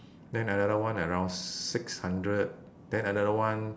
then another one around six hundred then another one